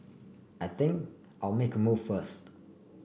I think I'll make move first